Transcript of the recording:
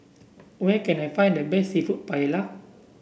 where can I find the best seafood Paella